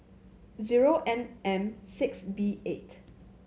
zero N M six B eight